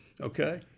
okay